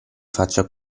faccia